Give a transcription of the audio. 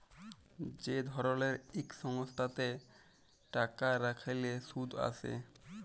যে ধরলের ইক সংস্থাতে টাকা রাইখলে সুদ আসে